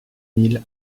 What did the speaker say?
mille